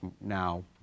now